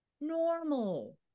normal